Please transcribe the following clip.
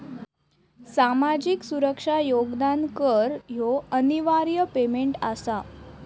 सामाजिक सुरक्षा योगदान कर ह्यो अनिवार्य पेमेंट आसा